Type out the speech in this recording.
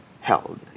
held